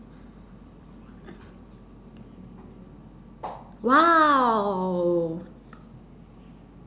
!wow!